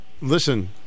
Listen